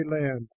land